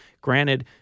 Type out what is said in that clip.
granted